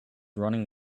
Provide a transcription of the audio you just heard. running